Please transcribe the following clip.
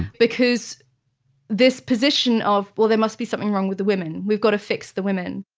because this position of, well there must be something wrong with the women. we've got to fix the women.